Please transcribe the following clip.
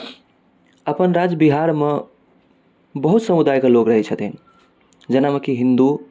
अपन राज्य बिहारमे बहुत समुदायके लोग रहै छथिन जेना कि हिन्दू